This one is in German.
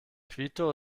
quito